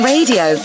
Radio